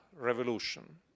revolution